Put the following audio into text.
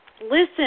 listen